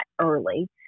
early